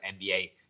NBA